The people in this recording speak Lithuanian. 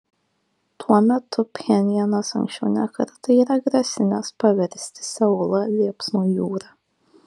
tuo metu pchenjanas anksčiau ne kartą yra grasinęs paversti seulą liepsnų jūra